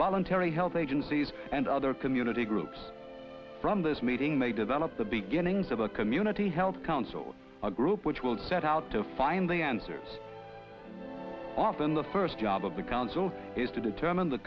terri health agencies and other community groups from this meeting may develop the beginnings of a community health council a group which will set out to find the answers often the first job of the council is to determine the